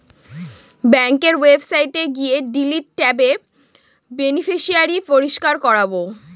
ব্যাঙ্কের ওয়েবসাইটে গিয়ে ডিলিট ট্যাবে বেনিফিশিয়ারি পরিষ্কার করাবো